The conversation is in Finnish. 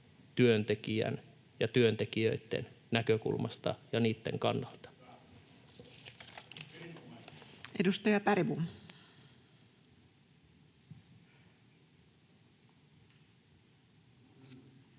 työntekijän ja työntekijöitten näkökulmasta ja niitten kannalta. [Timo